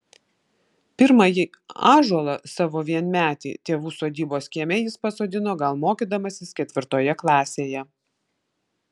pirmąjį ąžuolą savo vienmetį tėvų sodybos kieme jis pasodino gal mokydamasis ketvirtoje klasėje